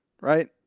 right